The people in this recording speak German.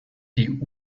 die